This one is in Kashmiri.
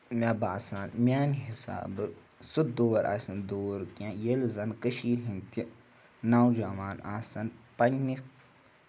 مےٚ باسان میٛانہِ حِسابہٕ سُہ دور آسہِ نہٕ دوٗر کینٛہہ ییٚلہِ زَن کٔشیٖرِ ہِنٛدۍ تہِ نوجوان آسَن پنٛنہِ